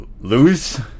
Lose